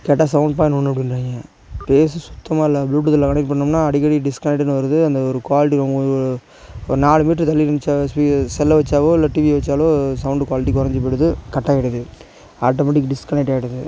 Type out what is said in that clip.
கேட்டால் seven point ஒன்று அப்படின்றாய்ங்க கேஸு சுத்தமாக இல்லை ப்ளூடூத்ல கனக்ட் பண்ணோம்னால் அடிக்கடி டிஸ்கனக்ட்டுனு வருது அந்த ஒரு குவாலிட்டி ரொம்பவே ஒரு நாலு மீட்ரு தள்ளி இருந்துச்சினாவே ஸ்பீ செல்லை வச்சாவோ இல்லை டிவியை வச்சாலோ சௌண்டு குவாலிட்டி குறஞ்சி போயிடுது கட்டாயிடுது ஆட்டோமெட்டிக் டிஸ்கனக்ட்டாயிடுது